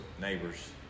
Neighbors